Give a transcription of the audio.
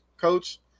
coach